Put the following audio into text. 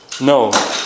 No